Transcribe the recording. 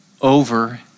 over